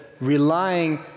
relying